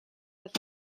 het